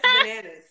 bananas